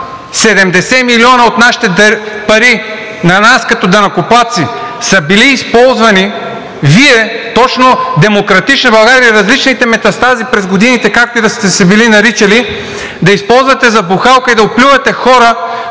70 милиона от нашите пари – на нас като данъкоплатци, са били използвани – и Вие, точно „Демократична България“ и различните метастази през годините, както и да сте се били наричали, да използвате за бухалка и да оплюете хора,